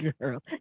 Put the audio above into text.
girl